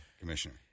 commissioner